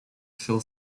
fill